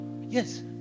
Yes